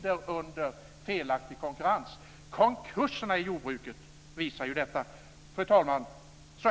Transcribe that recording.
Konkurserna i jordbruket visar ju detta. Fru talman!